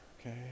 Okay